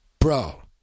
bro